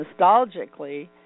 nostalgically